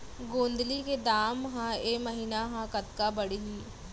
गोंदली के दाम ह ऐ महीना ह कतका बढ़ही?